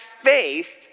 faith